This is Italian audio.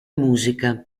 musica